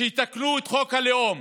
שיתקנו את חוק הלאום.